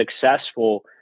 successful